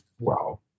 Wow